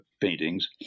paintings